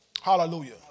Hallelujah